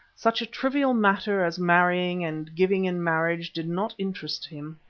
such a trivial matter as marrying and giving in marriage did not interest him.